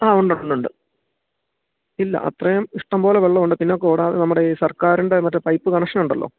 ആ ഉണ്ടുണ്ടുണ്ട് ഇല്ല അത്രയും ഇഷ്ട്ടംപോലെ വെള്ളം ഉണ്ട് പിന്നെ കൂടാതെ നമ്മുടെ ഈ സർക്കാരിൻ്റെ മറ്റെ പൈപ്പ് കണക്ഷൻ ഉണ്ടല്ലോ